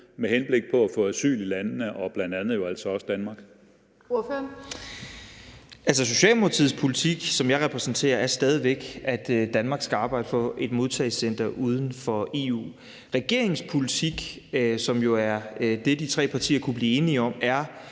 Ordføreren. Kl. 15:26 Frederik Vad (S): Altså, Socialdemokratiets politik, som jeg repræsenterer, er stadig væk, at Danmark skal arbejde for et modtagecenter uden for EU. Regeringens politik, som jo er det, de tre partier kunne blive enige om, er,